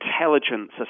intelligence